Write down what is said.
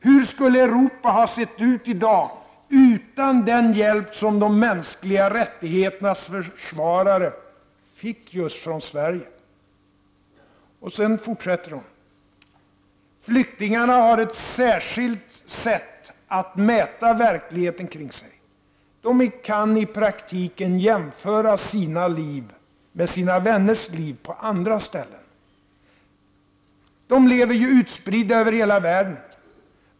Hur skulle Europa ha sett ut i dag utan den hjälp som de mänskliga rättigheternas försvarare fick just från och i Sverige?” Hon fortsätter sedan: ”Flyktingarna har ett särskilt sätt att mäta verkligheten kring sig: de kan i praktiken jämföra sina liv med sina vänners liv på andra ställen, de lever ju utspridda över hela världen.